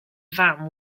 fam